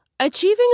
Achieving